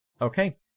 Okay